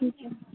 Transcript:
अच्छा